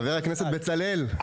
חבר הכנסת בצלאל.